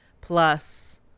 Plus